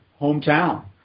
hometown